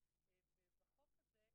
בחוק הזה,